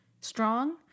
strong